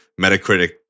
Metacritic